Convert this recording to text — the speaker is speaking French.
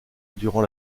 durant